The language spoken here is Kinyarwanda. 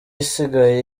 isigaye